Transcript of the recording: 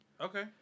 Okay